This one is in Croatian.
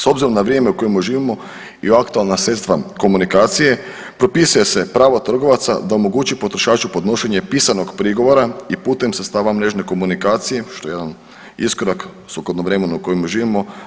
S obzirom na vrijeme u kojem živimo i aktualna sredstva komunikacije propisuje se pravo trgovaca da omogući potrošaču podnošenje pisanog prigovora i putem sredstava mrežne komunikacije što je jedan iskorak sukladno vremenu u kojem živimo.